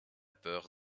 peur